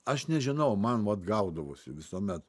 aš nežinau man vat gaudavosi visuomet